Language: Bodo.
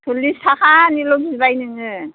सरलिस थाखानिल' बिबाय नोङो